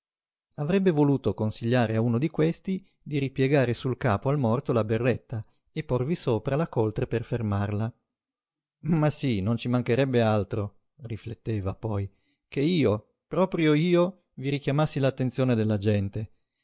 avrebbe voluto consigliare a uno di questi di ripiegare sul capo al morto la berretta e porvi sopra la coltre per fermarla ma sí non ci mancherebbe altro rifletteva poi che io proprio io vi richiamassi l'attenzione della gente